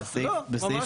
לא, ממש לא.